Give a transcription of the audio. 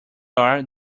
are